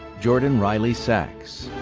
jordan riley sax,